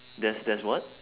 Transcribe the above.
there's there's what